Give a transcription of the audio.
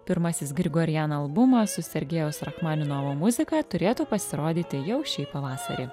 pirmasis grigorian albumas su sergejaus rachmaninovo muzika turėtų pasirodyti jau šį pavasarį